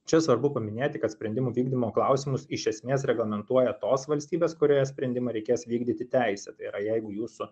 čia svarbu paminėti kad sprendimų vykdymo klausimus iš esmės reglamentuoja tos valstybės kurioje sprendimą reikės vykdyti teisė tai yra jeigu jūsų